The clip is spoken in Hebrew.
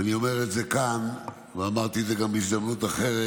אני אומר את זה כאן ואמרתי את זה גם בהזדמנות אחרת,